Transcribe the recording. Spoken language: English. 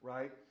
Right